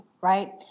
right